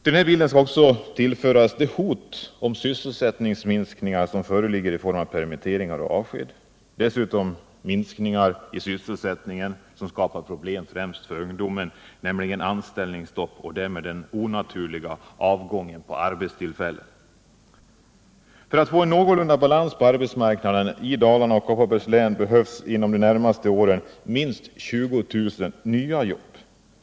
Den här bilden skall också tillföras de hot som föreligger om sysselsättningsminskningar i form av permitteringar och avsked. Dessutom skall tilläggas en annan minskning av sysselsättningen som skapar problem främst för ungdomarna, nämligen anställningsstopp och därmed en onaturlig avgång beträffande arbetstillfällen. För att få någorlunda balans på arbetsmarknaden i Dalarna behövs inom de närmaste åren minst 20000 nya jobb.